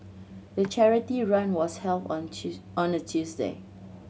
the charity run was held on on a Tuesday